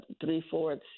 three-fourths